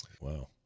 Wow